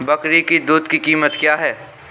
बकरी की दूध की कीमत क्या है?